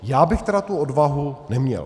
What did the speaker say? Já bych tedy tu odvahu neměl.